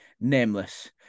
nameless